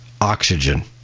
Oxygen